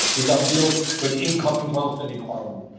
we've got to deal with incoming wealth inequality.